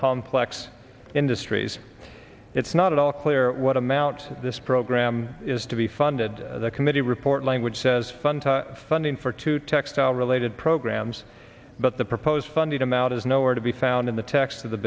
complex industries it's not at all clear what amount this program is to be funded the committee report language says fund funding for two textile related programs but the proposed funded amount is nowhere to be found in the text of the